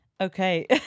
Okay